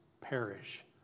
perish